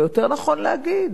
או יותר נכון להגיד,